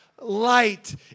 Light